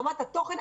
ברמת התוכן.